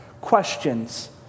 questions